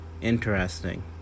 Interesting